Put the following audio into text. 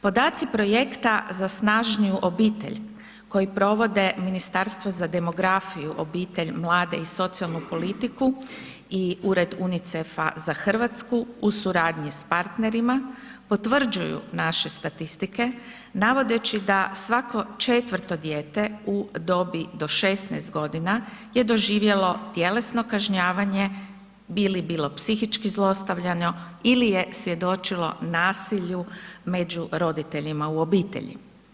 Podaci projekta za snažniju obitelj koji provode Ministarstvo za demografiju, obitelj, mlade i socijalnu politiku i Ured UNICEF-a za Hrvatsku u suradnji sa partnerima, potvrđuju naše statistike navodeći da svako četvrto dijete u dobi do 16 g. je doživjelo tjelesno kažnjavanje bilo bili psihički zlostavljano ili je svjedočilo nasilju među roditeljima u obitelji.